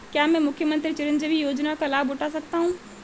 क्या मैं मुख्यमंत्री चिरंजीवी योजना का लाभ उठा सकता हूं?